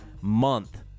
month